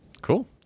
Cool